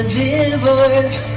divorce